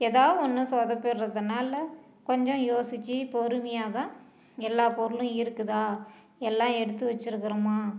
ஏதா ஒன்று சொதப்பிடறதுனால கொஞ்சம் யோசிச்சு பொறுமையாகதான் எல்லா பொருளும் இருக்குதா எல்லாம் எடுத்து வச்சுருக்குறோமா